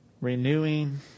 Renewing